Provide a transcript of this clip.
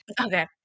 Okay